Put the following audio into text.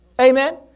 Amen